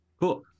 Cool